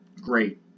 great